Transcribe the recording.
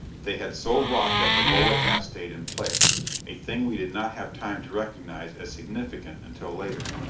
they had so wrought that the lower half stayed in place a thing we did not have time to recognize as significant until later.